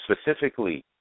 specifically